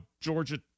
Georgia